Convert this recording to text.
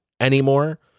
anymore